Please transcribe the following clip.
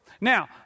Now